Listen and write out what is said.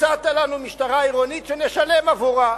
הצעת לנו משטרה עירונית שנשלם עבורה.